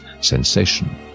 sensation